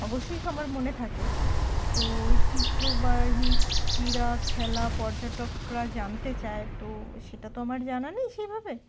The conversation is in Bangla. অবশ্যই সবার মনে থাকে তো ঐতিহ্যবাহী ক্রীড়া খেলা পর্যটকরা জানতে চায় তো সেটা তো আমার জানা নেই সেইভাবে